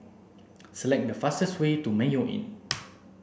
select the fastest way to Mayo Inn